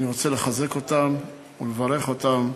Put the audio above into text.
אני רוצה לחזק אותם ולברך אותם,